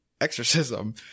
Exorcism